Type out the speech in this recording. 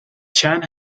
chan